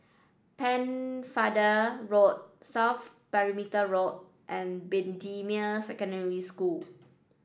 Pennefather Road South Perimeter Road and Bendemeer Secondary School